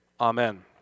amen